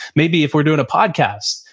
maybe if we're doing a podcast,